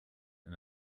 and